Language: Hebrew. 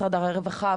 משרד הרווחה,